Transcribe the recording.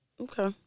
Okay